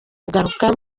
kugaruka